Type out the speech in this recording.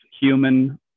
human